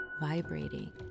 vibrating